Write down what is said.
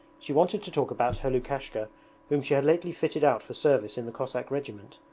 she wanted to talk about her lukashka whom she had lately fitted out for service in the cossack regiment,